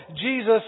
Jesus